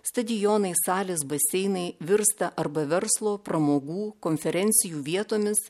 stadionai salės baseinai virsta arba verslo pramogų konferencijų vietomis